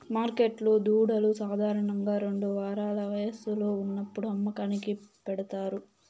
మార్కెట్లో దూడలు సాధారణంగా రెండు వారాల వయస్సులో ఉన్నప్పుడు అమ్మకానికి పెడతారు